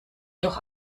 doch